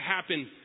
happen